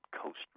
Coast